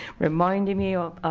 reminding me